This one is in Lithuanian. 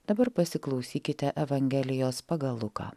dabar pasiklausykite evangelijos pagal luką